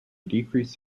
decrease